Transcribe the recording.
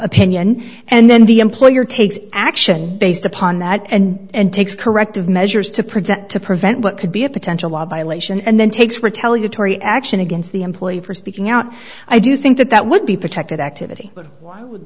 opinion and then the employer takes action based upon that and takes corrective measures to prevent to prevent what could be a potential law violation and then takes retelling to tory action against the employee for speaking out i do think that that would be protected activity but why would